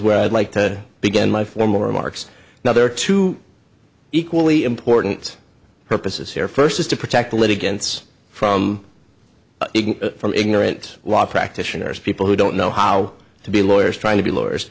where i'd like to begin my formal remarks now there are two equally important purposes here first is to protect the litigants from from ignorant law practitioners people who don't know how to be lawyers trying to be lawyers